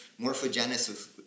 morphogenesis